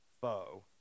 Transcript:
foe